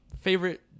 favorite